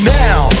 now